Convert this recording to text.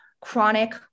chronic